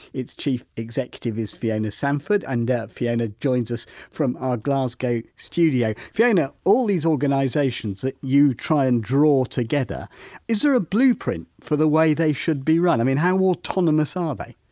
its chief executive is fiona sandford and fiona joins us from our glasgow studio fiona, all these organisations that you try and draw together is there a blueprint for the way they should be run, i mean how autonomous are ah they?